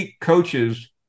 coaches –